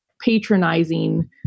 patronizing